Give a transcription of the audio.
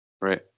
Right